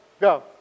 Go